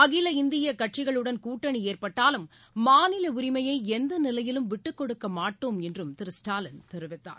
அகில இந்திய கட்சிகளுடன் கூட்டணி ஏற்பட்டாலும் மாநில உரிமையை எந்த நிலையிலும் விட்டுக்கொடுக்கமாட்டோம் என்று திரு ஸ்டாலின் தெரிவித்தார்